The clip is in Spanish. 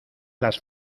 las